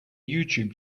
youtube